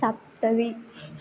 सप्तमी